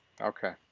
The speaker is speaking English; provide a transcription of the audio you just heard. Okay